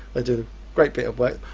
ah doing a great big of work.